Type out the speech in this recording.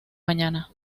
mañana